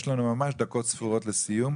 יש לנו ממש דקות ספורות לסיום,